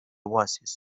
oasis